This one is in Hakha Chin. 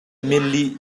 lih